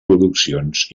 produccions